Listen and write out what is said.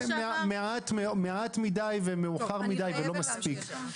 מעט מדי ומאוחר מדי ולא מספיק.